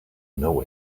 know